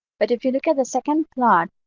but if you look at the second plot,